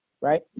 right